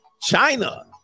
China